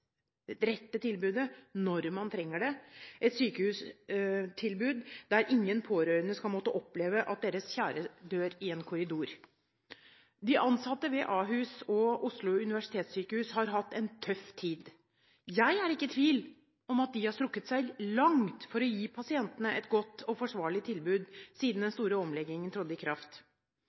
rette tilbudet når man trenger det, og ingen pårørende skal måtte oppleve at deres kjære dør i en korridor. De ansatte ved Ahus og Oslo universitetssykehus har hatt en tøff tid. Jeg er ikke i tvil om at de har strukket seg langt for å gi pasientene et godt og forsvarlig tilbud siden den store omleggingen trådde i kraft.